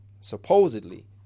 supposedly